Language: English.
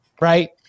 right